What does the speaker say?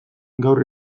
gaur